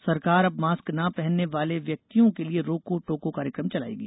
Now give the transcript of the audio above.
रोको टोको सरकार अब मास्क न पहनने वाले व्यक्तियों के लिए रोको टोको कार्यक्रम चलाएगी